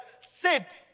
sit